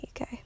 UK